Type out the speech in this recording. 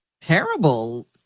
terrible